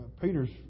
Peter's